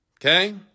Okay